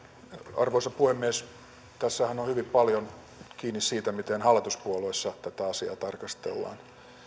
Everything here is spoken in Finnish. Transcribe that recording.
arvoisa puhemies tässähän on hyvin paljon kiinni siitä miten hallituspuolueissa tätä asiaa tarkastellaan